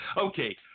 Okay